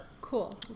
Cool